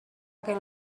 can